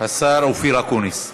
השר אופיר אקוניס.